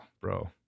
bro